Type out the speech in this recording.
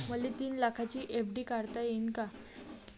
मले तीन लाखाची एफ.डी काढता येईन का?